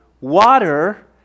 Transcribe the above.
water